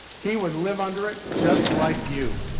he would live under it just like you.